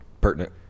pertinent